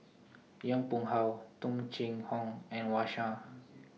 Yong Pung How Tung Chye Hong and Wang Sha